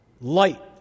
light